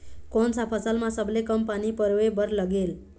कोन सा फसल मा सबले कम पानी परोए बर लगेल?